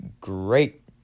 Great